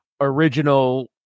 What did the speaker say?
original